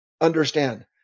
understand